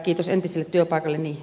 kiitos entiselle työpaikalleni